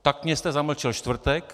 Taktně jste zamlčel čtvrtek.